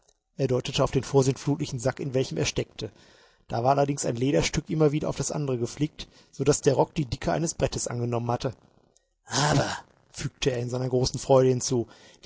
er deutete auf den vorsintflutlichen sack in welchem er steckte da war allerdings ein lederstück immer wieder auf das andere geflickt so daß der rock die dicke eines brettes angenommen hatte aber fügte er in seiner großen freude hinzu